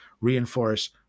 reinforce